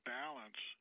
balance